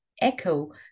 echo